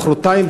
מחרתיים,